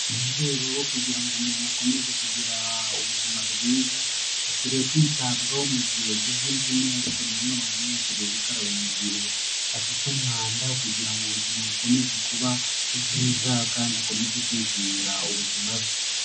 Mu rwego rwo kugira ngo umuntu akomeze kugira ubuzima bwiza, akwiriye kwitabwaho mu gihe yagize imvune, ariko na none akwiriye gukaraba mu gihe afite umwanda, kugira ubuzima bukomeze kuba bwiza, kandi akomeze kwishimira ubuzima bwe.